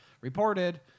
reported